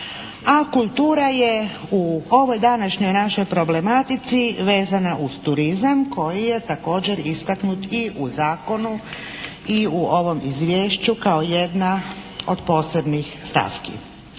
A kultura je u ovoj današnjoj našoj problematici vezana uz turizam koji je također istaknut i u zakonu i u ovom izvješću kao jedna od posebnih stavki.